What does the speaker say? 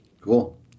Cool